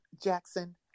Jackson